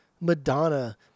Madonna